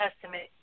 Testament